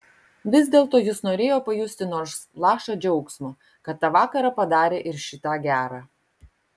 vis dėlto jis norėjo pajusti nors lašą džiaugsmo kad tą vakarą padarė ir šį tą gera